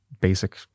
basic